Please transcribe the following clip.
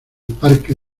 parque